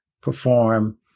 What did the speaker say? perform